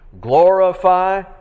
Glorify